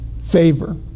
favor